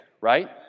right